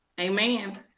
amen